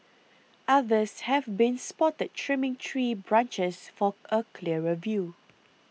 others have been spotted trimming tree branches for a clearer view